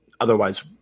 otherwise